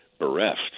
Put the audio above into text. bereft